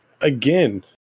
again